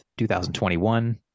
2021